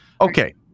Okay